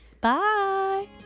bye